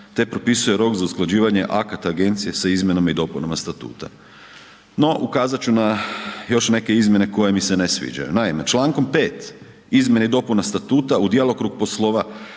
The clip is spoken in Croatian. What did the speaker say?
te propisuje rok za usklađivanje akata agencije sa izmjenama i dopunama statuta. No ukazat ću na još izmjene koje mi se ne sviđaju. Naime, člankom 5. izmjene i dopuna statuta u djelokrug poslova